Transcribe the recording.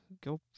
go